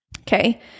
okay